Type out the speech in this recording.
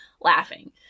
laughing